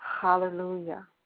Hallelujah